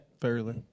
fairly